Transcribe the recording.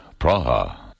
Praha